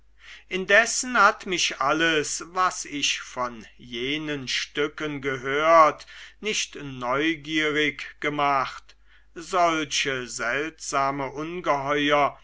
indessen hat mich alles was ich von jenen stücken gehört nicht neugierig gemacht solche seltsame ungeheuer